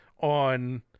on